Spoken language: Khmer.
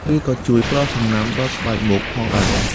វាក៏ជួយ ផ្ដល់សំណើមដល់ស្បែកមុខ ផងដែរ។